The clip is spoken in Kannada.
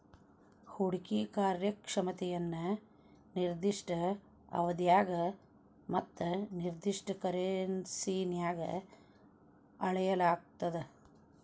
ಹೂಡ್ಕಿ ಕಾರ್ಯಕ್ಷಮತೆಯನ್ನ ನಿರ್ದಿಷ್ಟ ಅವಧ್ಯಾಗ ಮತ್ತ ನಿರ್ದಿಷ್ಟ ಕರೆನ್ಸಿನ್ಯಾಗ್ ಅಳೆಯಲಾಗ್ತದ